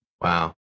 Wow